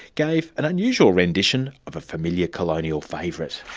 gave an unusual rendition of a familiar colonial favourite.